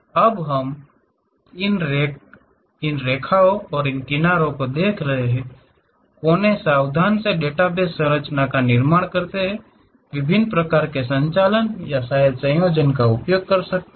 अब जब हम इन्हें देख रहे हैं किनारों कोने सावधान डेटाबेस संरचनाओं का निर्माण करना है विभिन्न प्रकार के संचालन या शायद संयोजन का उपयोग कर सकते हैं